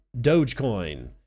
Dogecoin